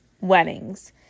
weddings